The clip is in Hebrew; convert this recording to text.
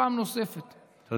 פעם נוספת,